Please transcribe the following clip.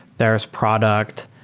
there is product.